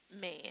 man